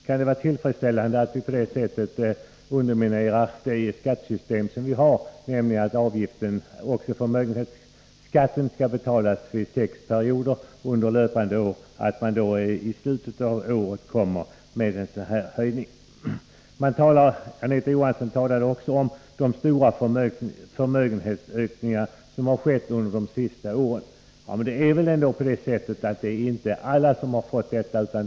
Kan det vara tillfredsställande att på detta sätt i slutet av året underminera det skattesystem som vi har — att också förmögenhetsskatten skall betalas under sex perioder under löpande år - genom att införa en sådan här höjning? Anita Johansson talade också om de stora förmögenhetsökningar som har skett under de senaste åren. Men det är väl ändå så, att inte alla har fått en ökning.